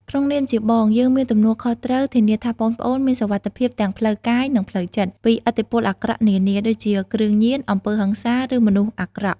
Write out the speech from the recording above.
ក្នុងនាមជាបង យើងមានទំនួលខុសត្រូវធានាថាប្អូនៗមានសុវត្ថិភាពទាំងផ្លូវកាយ និងផ្លូវចិត្ត ពីឥទ្ធិពលអាក្រក់នានា ដូចជាគ្រឿងញៀន អំពើហិង្សា ឬមនុស្សអាក្រក់។